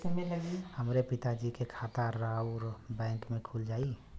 हमरे पिता जी के खाता राउर बैंक में खुल जाई?